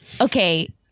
Okay